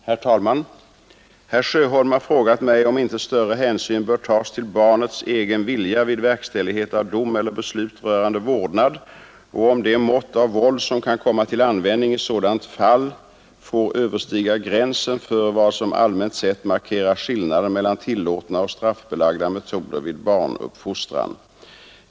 Herr talman! Herr Sjöholm har frågat mig om inte större hänsyn bör tas till barnets egen vilja vid verkställighet av dom eller beslut rörande vårdnad och om det mått av våld som kan komma till användning i sådant fall får överstiga gränsen för vad som allmänt sett markerar skillnaden mellan tillåtna och straffbelagda metoder vid barnuppfostran.